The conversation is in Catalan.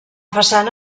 façana